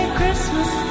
Christmas